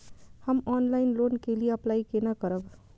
हम online loan के लिए अप्लाई केना करब?